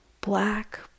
black